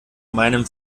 meinem